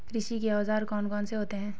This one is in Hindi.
कृषि के औजार कौन कौन से होते हैं?